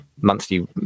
monthly